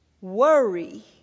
Worry